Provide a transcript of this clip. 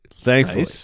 Thankfully